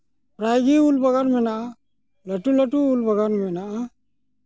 ᱯᱨᱟᱭᱜᱮ ᱩᱞ ᱵᱟᱜᱟᱱ ᱢᱮᱱᱟᱜᱼᱟ ᱞᱟᱹᱴᱩᱼᱞᱟᱹᱴᱩ ᱩᱞ ᱵᱟᱜᱟᱱ ᱢᱮᱱᱟᱜᱼᱟ